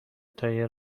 تایر